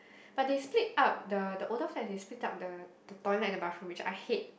but they split up the the older flat they split up the the toilet and the bathroom which I hate